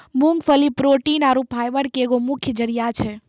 मूंगफली प्रोटीन आरु फाइबर के एगो प्रमुख जरिया छै